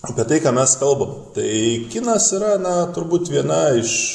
apie tai ką mes kalbam tai kinas yra na turbūt viena iš